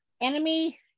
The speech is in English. enemy